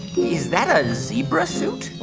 is that a zebra suit? well,